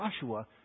Joshua